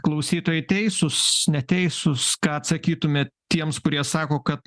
klausytojai teisūs neteisūs ką atsakytumėt tiems kurie sako kad